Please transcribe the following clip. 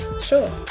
Sure